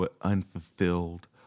unfulfilled